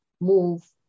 move